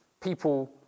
people